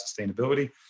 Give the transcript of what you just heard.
sustainability